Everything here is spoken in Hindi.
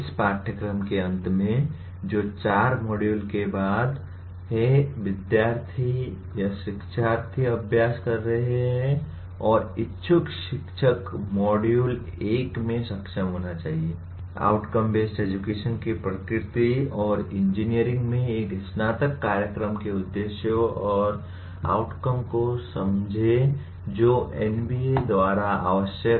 इस पाठ्यक्रम के अंत में जो 4 मॉड्यूल के बाद है विद्यार्थी यहां शिक्षार्थी अभ्यास कर रहे हैं और इच्छुक शिक्षक मॉड्यूल 1 में सक्षम होना चाहिए आउटकम बेस्ड एजुकेशन की प्रकृति और इंजीनियरिंग में एक स्नातक कार्यक्रम के उद्देश्यों और आउटकम को समझें जो एनबीए द्वारा आवश्यक